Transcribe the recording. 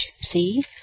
See